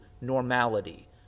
normality